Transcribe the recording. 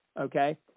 okay